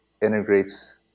integrates